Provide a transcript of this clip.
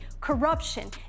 corruption